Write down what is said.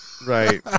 Right